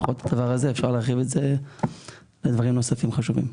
אפשר להרחיב את זה לדברים נוספים וחשובים.